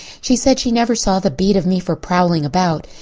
she said she never saw the beat of me for prowling about.